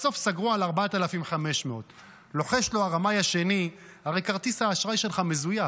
בסוף סגרו על 4,500. לוחש לו הרמאי השני: הרי כרטיס האשראי שלך מזויף,